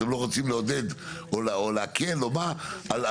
אתם לא רוצים לעודד או להקל או מה, על,